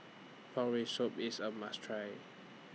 Pork Rib Soup IS A must Try